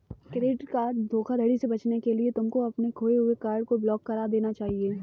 credit card धोखाधड़ी से बचने के लिए तुमको अपने खोए हुए कार्ड को ब्लॉक करा देना चाहिए